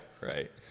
right